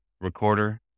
recorder